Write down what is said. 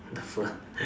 the food